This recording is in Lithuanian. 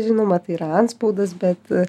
žinoma tai yra antspaudas bet